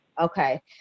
Okay